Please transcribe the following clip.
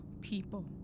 people